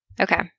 Okay